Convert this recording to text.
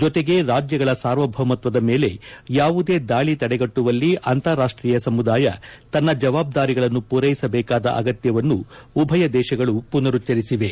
ಜತೆಗೆ ರಾಜ್ಯಗಳ ಸಾರ್ವಭೌಮತ್ವದ ಮೇಲೆ ಯಾವುದೇ ದಾಳಿ ತಡೆಗಟ್ಟುವಲ್ಲಿ ಅಂತಾರಾಷ್ಟೀಯ ಸಮುದಾಯ ತನ್ನ ಜವಾಬ್ದಾರಿಗಳನ್ನು ಪೂರೈಸಬೇಕಾದ ಅಗತ್ಯವನ್ನು ಉಭಯ ದೇಶಗಳು ಪುನರುಚ್ಚರಿಸಿವೆ